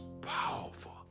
powerful